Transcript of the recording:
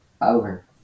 Over